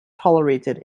tolerated